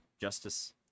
Justice